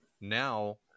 now